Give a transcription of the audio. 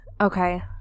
okay